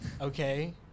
Okay